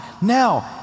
now